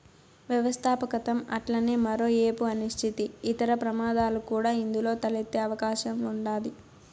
వ్యవస్థాపకతం అట్లనే మరో ఏపు అనిశ్చితి, ఇతర ప్రమాదాలు కూడా ఇందులో తలెత్తే అవకాశం ఉండాది